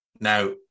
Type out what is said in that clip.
Now